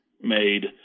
made